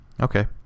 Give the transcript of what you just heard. okay